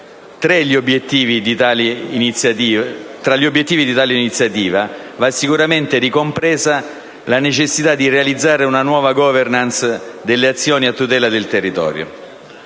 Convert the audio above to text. Tra gli obiettivi di tale iniziativa va sicuramente ricompresa la necessità di realizzare una nuova *governance* delle azioni a tutela del territorio.